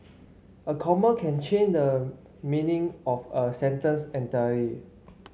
a comma can change the meaning of a sentence entirely